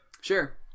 sure